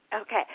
Okay